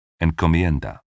encomienda